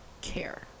care